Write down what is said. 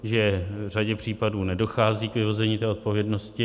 Že v řadě případů nedochází k vyvození té odpovědnosti.